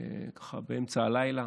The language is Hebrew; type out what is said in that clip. ככה, באמצע הלילה,